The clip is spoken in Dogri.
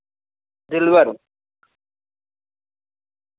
दिलवर